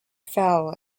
fell